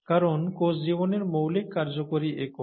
কারণ কোষ জীবনের মৌলিক কার্যকরী একক